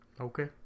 Okay